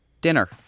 dinner